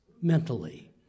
mentally